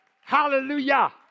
Hallelujah